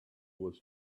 was